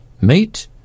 Meat